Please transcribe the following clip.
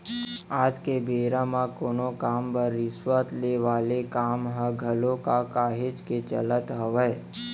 आज के बेरा म कोनो काम बर रिस्वत ले वाले काम ह घलोक काहेच के चलत हावय